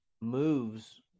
moves